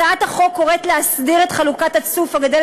הצעת החוק קוראת להסדיר את חלוקת הצוף הגדל